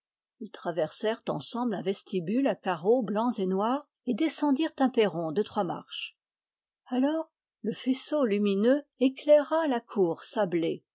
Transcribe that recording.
ils traversèrent ensemble un vestibule et descendirent un perron de trois marches alors le faisceau lumineux éclaira la cour sablée